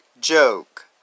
Joke